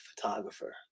photographer